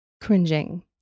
cringing